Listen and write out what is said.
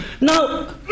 Now